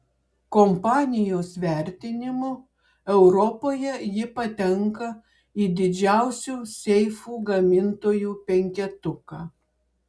kompanijos vertinimu europoje ji patenka į didžiausių seifų gamintojų penketuką